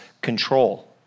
control